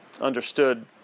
understood